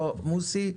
לא מוסי,